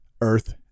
Earth